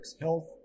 Health